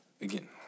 again